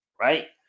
Right